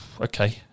Okay